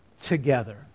together